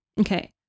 Okay